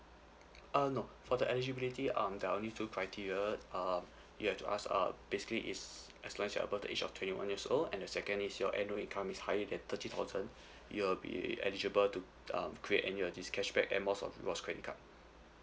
uh no for the eligibility um there are only two criteria uh you have to ask uh basically is as long as you are above the age of twenty one years old and the second is your annual income is higher than thirty thousand you will be eligible to um create any of these cashback Air Miles or rewards credit card